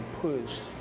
pushed